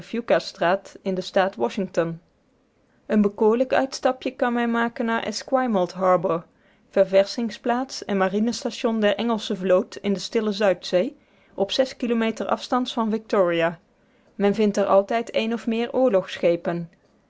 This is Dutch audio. in den staat washington een bekoorlijk uitstapje kan men maken naar esquimalt harbour ververschingsplaats en marinestation der engelsche vloot in de stille zuidzee op kilometer afstands van victoria men vindt er altijd een of meer oorlogsschepen